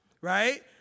right